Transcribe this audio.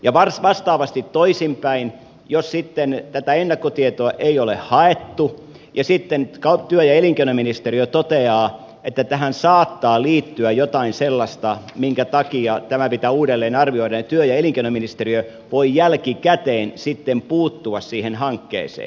ja vastaavasti toisinpäin jos sitten tätä ennakkotietoa ei ole haettu ja sitten työ ja elinkeinoministeriö toteaa että tähän saattaa liittyä jotain sellaista minkä takia tämä pitää uudelleen arvioida niin työ ja elinkeinoministeriö voi jälkikäteen sitten puuttua siihen hankkeeseen